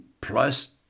Plus